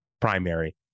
primary